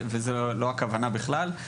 זוהי לא הכוונה בכלל.